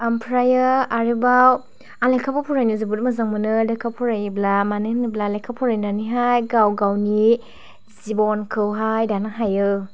आमफ्रायो आरोबाव आं लेखाबो फरायनो जोबोर मोजां मोनो लेखा फरायोब्ला मानो होनोब्ला लेखा फरायनानैहाय गाव गावनि जिबनखौहाय दानो हायो